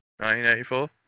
1984